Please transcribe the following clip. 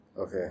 Okay